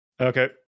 okay